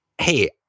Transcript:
hey